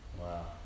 wow